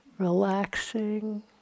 Relaxing